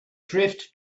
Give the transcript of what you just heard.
drift